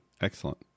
Excellent